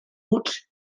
huts